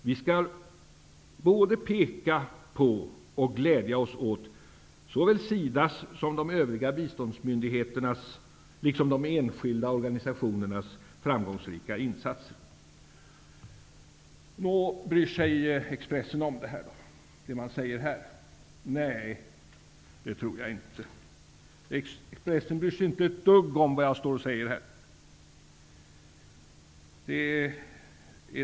Vi skall både peka på och glädja oss åt såväl SIDA:s som de övriga biståndsmyndigheternas liksom de enskilda organisationernas framgångsrika insatser. Bryr sig Expressen om det vi säger här? Nej, det tror jag inte. Expressen bryr sig inte ett dugg om vad jag står och säger här.